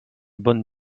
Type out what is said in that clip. bonnes